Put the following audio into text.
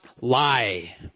lie